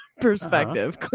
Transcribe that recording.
perspective